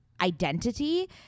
identity